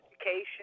education